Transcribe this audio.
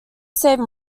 save